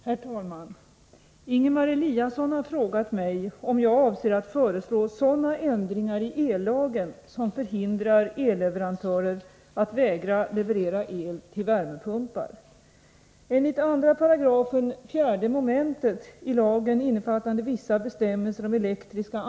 Herr talman! Ingemar Eliasson har frågat mig om jag avser att föreslå sådana ändringar i ellagen som förhindrar elleverantörer att vägra leverera el till värmepumpar.